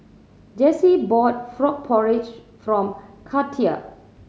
Jessi bought frog porridge for Katia